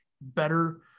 better